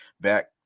back